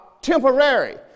temporary